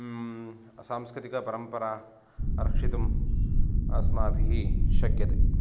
सांस्कृतिकपरम्परां रक्षितुम् अस्माभिः शक्यते